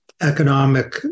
economic